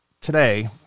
today